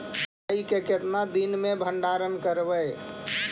कटाई के कितना दिन मे भंडारन करबय?